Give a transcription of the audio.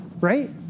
right